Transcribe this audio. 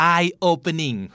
Eye-opening